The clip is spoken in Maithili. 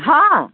हाँ